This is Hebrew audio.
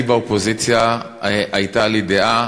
אני באופוזיציה, הייתה לי דעה.